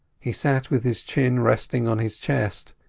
he sat with his chin resting on his chest,